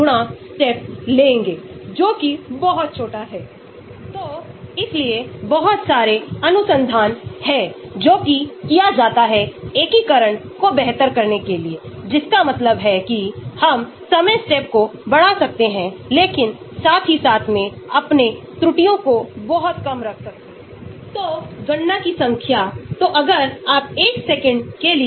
तो मैं यहां के समूहों से कहे जाने वाले विकल्प चुन सकता हूं मैं यहां से चुन सकता हूं मैं नीचे से चुन सकता हूं मैं इस तरह से चुन सकता हूं उस तरह से मैं ऑर्थोगोनलिटी रखता हूं